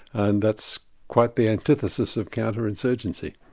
and that's quite the antithesis of counter-insurgency.